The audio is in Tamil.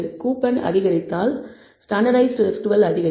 கூப்பன் அதிகரிப்பதால் ஸ்டாண்டர்ட்டைஸ்ட் ரெஸிடுவல் அதிகரிக்கும்